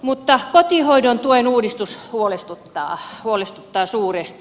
mutta kotihoidon tuen uudistus huolestuttaa huolestuttaa suuresti